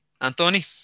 Anthony